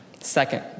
Second